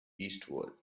eastward